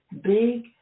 big